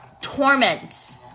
torment